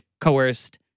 coerced